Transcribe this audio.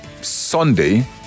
sunday